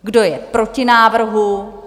Kdo je proti návrhu?